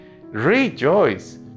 rejoice